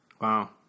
Wow